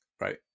Right